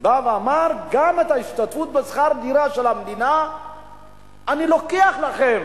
בא ואמר: גם את ההשתתפות בשכר הדירה של המדינה אני לוקח לכם,